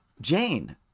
Jane